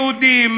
יהודים,